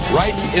right